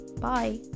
Bye